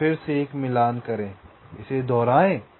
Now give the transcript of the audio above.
तो फिर से एक मिलान करें इसे दोहराएं